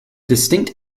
distinct